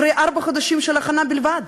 אחרי ארבעה חודשים של הכנה בלבד,